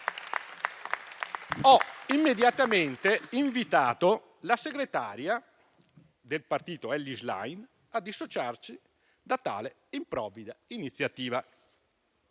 Ho immediatamente invitato la segretaria del partito, Elly Schlein, a dissociarci da tale improvvida iniziativa.